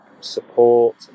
support